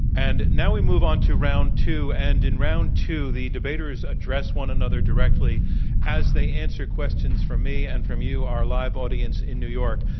and now we move onto round two, and in round two the debaters address one another directly as they answer questions from me and from you, our live audience in new york.